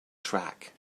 track